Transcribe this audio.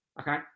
Okay